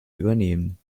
übernehmen